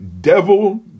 devil